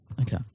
Okay